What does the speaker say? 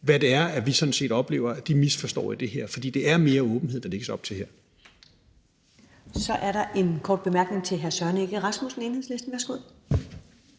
hvad det er, vi sådan set oplever de misforstår i det her. For det er mere åbenhed, der lægges op til her. Kl. 15:14 Første næstformand (Karen Ellemann): Så er der en kort bemærkning til hr. Søren Egge Rasmussen, Enhedslisten. Værsgo.